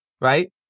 right